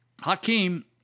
Hakeem